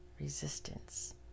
resistance